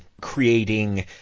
creating